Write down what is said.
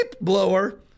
blower